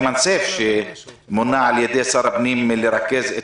אימן סייף שמונה על ידי שר הפנים לרכז את